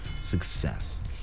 success